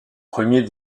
premiers